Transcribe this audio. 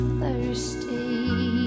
thirsty